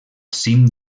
cim